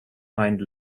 hind